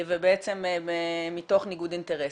ובעצם מתוך ניגוד אינטרסים.